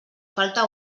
falta